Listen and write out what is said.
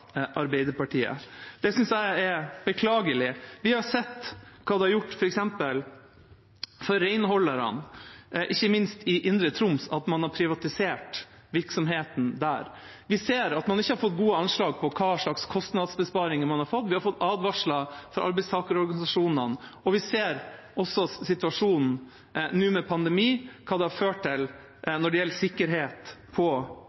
Arbeiderpartiet. Det synes jeg er beklagelig. Vi har sett hva det har gjort f.eks. for renholderne, ikke minst i Indre Troms, at man har privatisert virksomheten der. Vi ser at man ikke har fått gode anslag på hva slags kostnadsbesparelser man har fått. Vi har fått advarsler fra arbeidstakerorganisasjonene, og vi ser også nå, i en situasjon med pandemi, hva det har ført til når det gjelder sikkerhet på